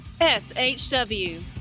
SHW